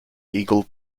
eagle